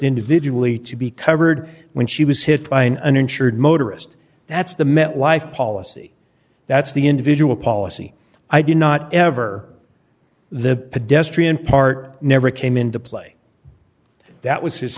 individual e to be covered when she was hit by an uninsured motorist that's the met life policy that's the individual policy i do not ever the pedestrian part never came into play that was his